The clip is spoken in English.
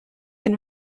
can